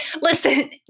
Listen